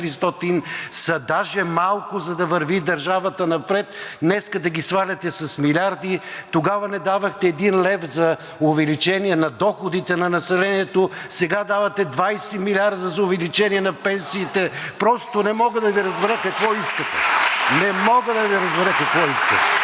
са даже малко, за да върви държавата напред, днес да ги сваляте с милиарди. Тогава не давахте един лев за увеличение на доходите на населението, сега давате 20 млрд. за увеличение на пенсиите. Просто не мога да Ви разбера какво искате. (Ръкопляскания от